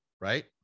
right